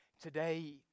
today